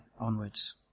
onwards